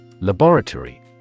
Laboratory